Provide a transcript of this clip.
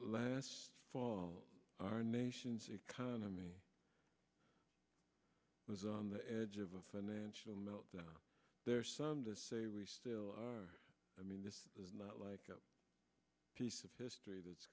last fall our nation's economy was on the edge of a financial meltdown there some say we still i mean this is not like a piece of history that's